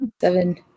Seven